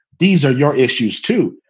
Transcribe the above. these are your issues, too.